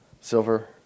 silver